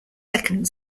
second